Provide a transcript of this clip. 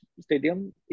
Stadium